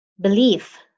belief